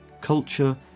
culture